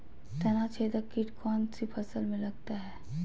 तनाछेदक किट कौन सी फसल में लगता है?